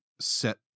set